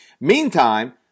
Meantime